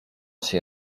się